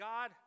God